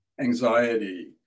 Anxiety